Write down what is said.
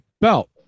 belt